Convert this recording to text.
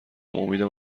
امیدم